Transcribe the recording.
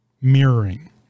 mirroring